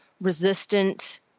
resistant